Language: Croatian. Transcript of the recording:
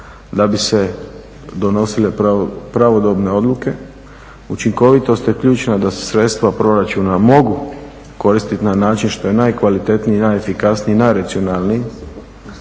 da bi se donosile pravodobne odluke, učinkovitost je ključna da se sredstva proračuna mogu koristiti na način što je najkvalitetniji i najefikasniji i najracionalniji